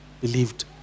believed